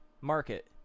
market